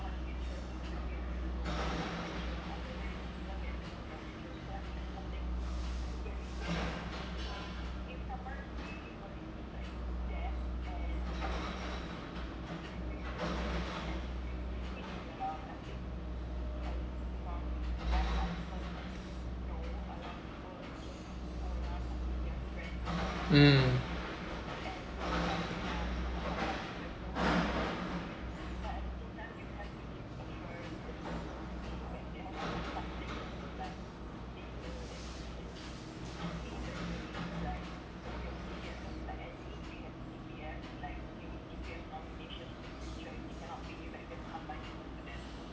mm